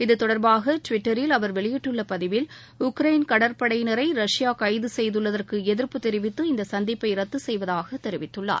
இத்தொடர்பாக டிவிட்டரில் அவர் வெளியிட்டுள்ள பதிவில் உக்ரைன் கடற்படையினரை ரஷ்யா கைது செய்துள்ளதற்கு எதிர்ப்பு தெரிவித்து இந்த சந்திப்பை ரத்து செய்வதாக தெரிவித்துள்ளார்